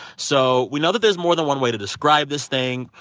so we know that there's more than one way to describe this thing.